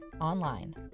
online